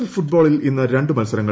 L ഫുഡ്ബ്ലോളിൽ ഇന്ന് രണ്ട് മത്സരങ്ങൾ